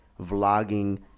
vlogging